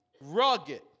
rugged